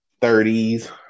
thirties